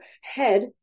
head